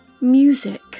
Music